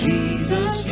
Jesus